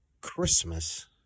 Christmas